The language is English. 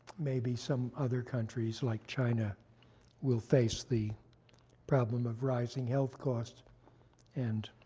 maybe some other countries like china will face the problem of rising health costs and